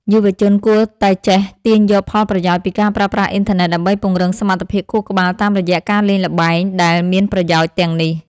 យុវជនគួរតែចេះទាញយកផលប្រយោជន៍ពីការប្រើប្រាស់អ៊ីនធឺណិតដើម្បីពង្រឹងសមត្ថភាពខួរក្បាលតាមរយៈការលេងល្បែងដែលមានប្រយោជន៍ទាំងនេះ។